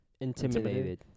intimidated